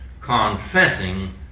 confessing